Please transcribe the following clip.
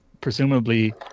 presumably